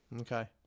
Okay